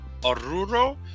Oruro